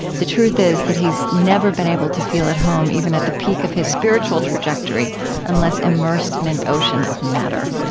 the truth is, that he's never been able to feel at home even at the peak of his spiritual trajectory unless immersed in an ocean of matter